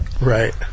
Right